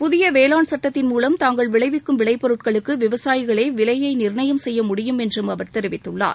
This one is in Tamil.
புதிய வேளாண் சட்டத்தின் மூலம் தாங்கள் விளைவிக்கும் விளைப் பொருட்களுக்கு விவசாயிகளே விலையை நிர்ணயம் செய்ய முடியும் என்றும் அவர் தெரிவித்துள்ளார்